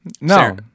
No